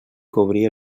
cobrí